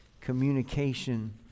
Communication